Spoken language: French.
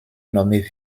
nommée